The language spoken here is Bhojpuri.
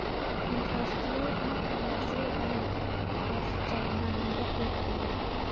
industrial and commercial bank of China number एक पे हौ